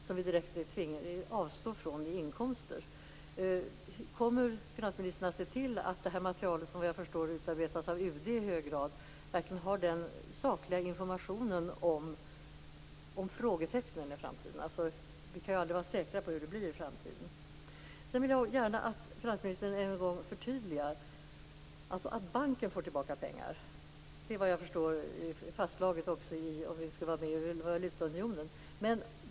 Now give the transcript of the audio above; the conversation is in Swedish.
Vi blir tvingade att avstå från de inkomsterna. Kommer finansminister att se till att detta material, som jag förstår i hög grad utarbetas av UD, verkligen ger en saklig information om frågetecknen? Vi kan aldrig vara säkra på hur det blir i framtiden. Sedan vill jag också gärna att finansministern än en gång förtydligar. Såvitt jag förstår är det fastslaget att banken får tillbaka pengar också om vi skall vara med i valutaunionen.